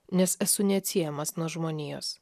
nes esu neatsiejamas nuo žmonijos